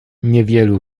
niewielu